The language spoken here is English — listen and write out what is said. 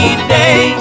today